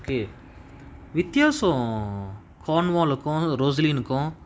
okay வித்தியாசோ:vithiyaaso cornwall க்கு:ku rosaline கு:ku